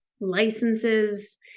licenses